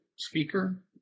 Speaker